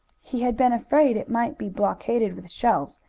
he had been afraid it might be blockaded with shelves,